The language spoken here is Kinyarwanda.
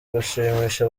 gushimisha